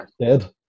dead